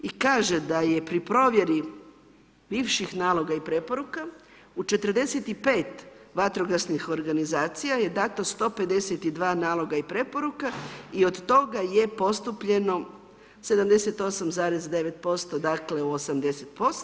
I kaže da je pri provjeri bivših naloga i preporuka u 45 vatrogasnih organizacija je dano 152 naloga i preporuke i od toga je postupljeno 78,9%, dakle u 80%